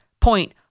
point